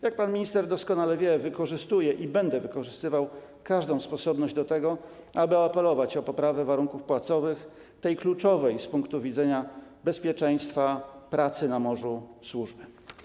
Jak pan minister doskonale wie, wykorzystuję i będę wykorzystywał każdą sposobność do tego, aby apelować o poprawę warunków płacowych tej kluczowej z punktu widzenia bezpieczeństwa pracy na morzu służby.